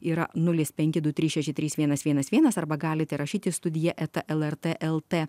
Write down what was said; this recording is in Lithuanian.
yra nulis penki du trys šeši trys vienas vienas vienas arba galite rašyti studija eta lrt lt